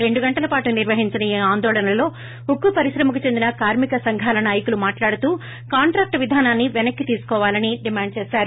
రెండు గంటలపాటు నిర్వహించిన ఈ ఆందోళనలో ఉక్కు పరిశ్రమకు చెందిన కార్మిక సంఘాల నాయకులు మాట్లాడుతూ కాంట్రాక్ట్ విధానాన్సి పెనక్కి తీసుకోవాలని డిమాండ్ చేశారు